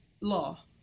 law